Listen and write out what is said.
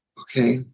okay